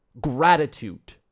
gratitude